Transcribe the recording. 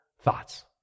thoughts